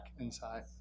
inside